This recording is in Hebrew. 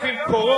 שנים לבטל את זה.